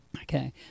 Okay